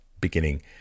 beginning